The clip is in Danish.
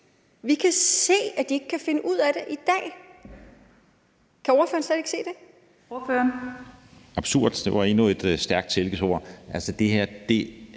vi kan se, at de ikke kan finde ud af det i dag. Kan ordføreren slet ikke se det?